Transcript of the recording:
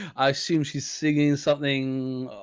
i assume she's singing something,